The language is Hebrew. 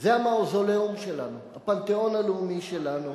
זה המאוזוליאום שלנו, הפנתיאון הלאומי שלנו,